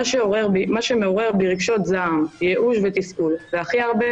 מה שמעורר בי רגשות זעם, ייאוש ותסכול והכי הרבה